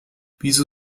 wieso